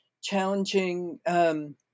challenging